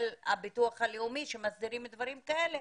הביטוח הלאומי שמסדירים דברים כאלה,